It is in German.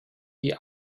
die